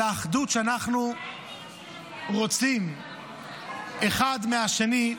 על האחדות שאנחנו רוצים אחד מהשני,